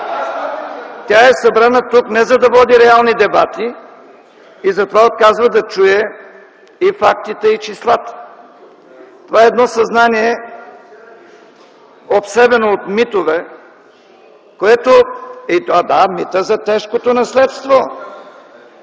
Тя е събрана тук не, за да води реални дебати и затова отказва да чуе и фактите, и числата. Това е едно съзнание, обсебено от митове. (Реплики от ГЕРБ.) Да, митът за тежкото наследство.